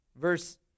verse